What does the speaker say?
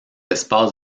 espaces